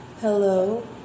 Hello